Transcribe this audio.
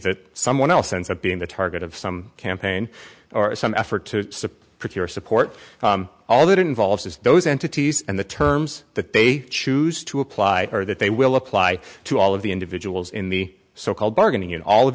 that someone else ends up being the target of some campaign or some effort to put your support all that involved as those entities and the terms that they choose to apply or that they will apply to all of the individuals in the so called bargaining in all of